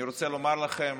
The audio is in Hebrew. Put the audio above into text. אני רוצה לומר לכם,